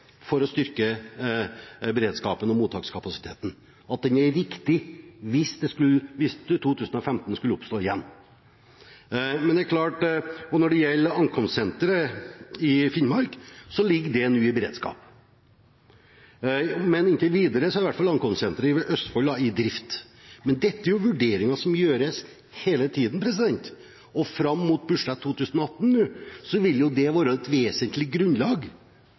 for å styrke beredskapen og mottakskapasiteten, slik at den er riktig hvis en 2015-situasjon skulle oppstå igjen. Når det gjelder ankomstsenteret i Finnmark, er det nå i beredskap, men inntil videre er i hvert fall ankomstsenteret i Østfold i drift. Men dette er jo vurderinger som gjøres hele tiden, og fram mot budsjett for 2018 vil det være et vesentlig grunnlag,